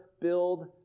build